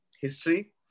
history